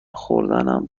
خوردنم